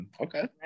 Okay